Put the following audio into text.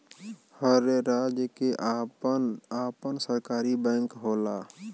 हर राज्य के आपन आपन सरकारी बैंक होला